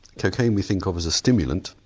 cocaine we think of as a stimulant,